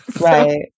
right